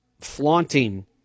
flaunting